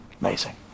Amazing